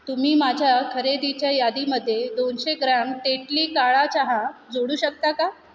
तुम्ही माझ्या खरेदीच्या यादीमध्ये दोनशे ग्रॅम टेटली काळा चहा जोडू शकता का